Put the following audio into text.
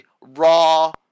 raw